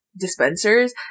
dispensers